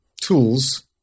tools